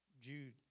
Jude